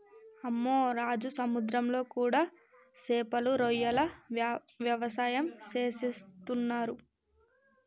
అమ్మె రాజు సముద్రంలో కూడా సేపలు రొయ్యల వ్యవసాయం సేసేస్తున్నరు